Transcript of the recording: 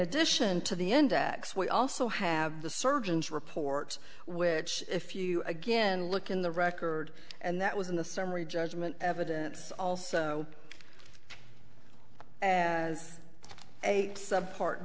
addition to the index we also have the surgeons report which if you again look in the record and that was in the summary judgment evidence also as a sub part